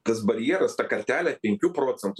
tas barjeras ta kartelė penkių procentų